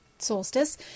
Solstice